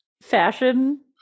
fashion